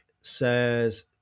says